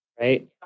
Right